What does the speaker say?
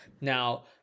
now